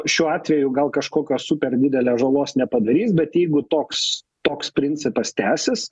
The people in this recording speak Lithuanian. šiuo atveju gal kažkokios super didelės žalos nepadarys bet jeigu toks toks principas tęsis